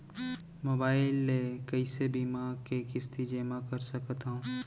Mobile ले कइसे बीमा के किस्ती जेमा कर सकथव?